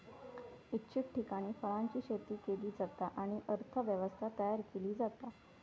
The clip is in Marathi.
इच्छित ठिकाणी फळांची शेती केली जाता आणि अर्थ व्यवस्था तयार केली जाता